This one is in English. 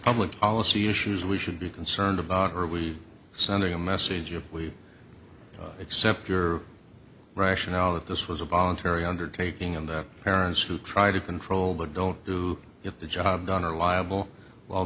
public policy issues we should be concerned about are we sending a message or we accept your rationale that this was a voluntary undertaking and that parents who try to control that don't do your job down are liable all